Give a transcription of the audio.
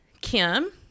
Kim